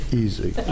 easy